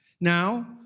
Now